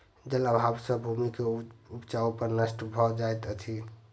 जल अभाव सॅ भूमि के उपजाऊपन नष्ट भ जाइत अछि